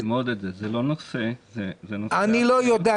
--- אני לא יודע.